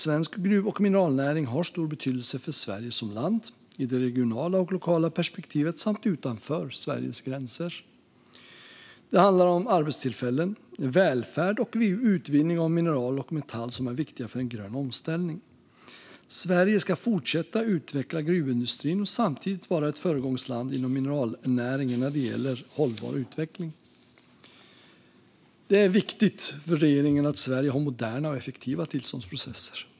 Svensk gruv och mineralnäring har stor betydelse för Sverige som land, i det regionala och lokala perspektivet samt utanför Sveriges gränser. Det handlar om arbetstillfällen, välfärd och utvinning av mineral och metall som är viktiga för en grön omställning. Sverige ska fortsätta utveckla gruvindustrin och samtidigt vara ett föregångsland inom mineralnäringen när det gäller hållbar utveckling. Det är viktigt för regeringen att Sverige har moderna och effektiva tillståndsprocesser.